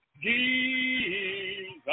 Jesus